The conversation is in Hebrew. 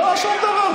לא, שום דבר.